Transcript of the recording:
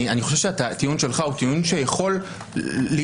אני חושב שהטיעון שלך הוא טיעון שיכול להישאל.